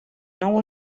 nou